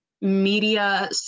media